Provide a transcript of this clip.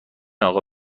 آقا